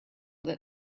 that